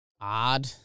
odd